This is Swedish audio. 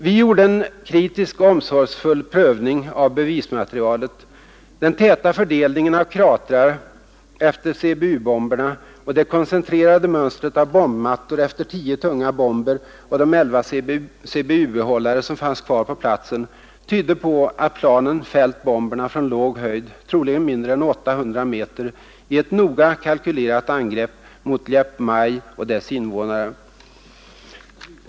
Vi gjorde en kritisk och omsorgsfull prövning av bevismaterialet. Den täta fördelningen av kratrar efter CBU-bomberna och det koncentrerade mönstret av bombmattor efter tio tunga bomber och de elva CBU-behållare som fanns kvar på platsen tydde på att planen fällt bomberna från låg höjd, troligen mindre än 800 meter, i ett noga kalkylerat angrepp mot Liep Mai och dess invånare.